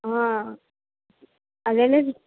అదేనండి